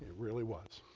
really was.